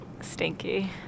stinky